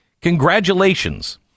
congratulations